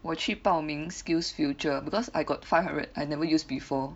我去报名 SkillsFuture because I got five hundred I never use before